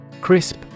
Crisp